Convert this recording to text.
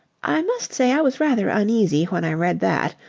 i must say i was rather uneasy when i read that.